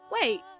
Wait